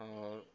आओर